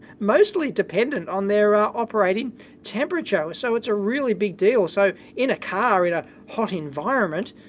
mostly dependent on their ah operating temperature. so it's a really big deall so in a car, in a hot environment